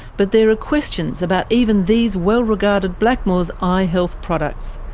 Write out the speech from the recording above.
but there are questions about even these well-regarded blackmores eye health products,